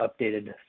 updated